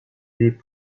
les